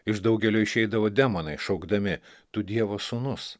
iš daugelio išeidavo demonai šaukdami tu dievo sūnus